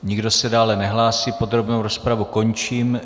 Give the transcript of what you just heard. Nikdo se dále nehlásí, podrobnou rozpravu končím.